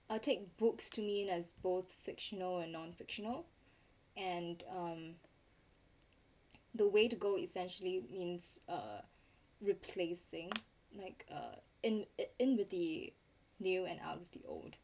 I'll take books to me as both fictional a non fictional and um the way to go essentially means uh replacing like uh in it in with the new and out with the old